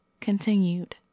Continued